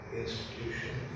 institution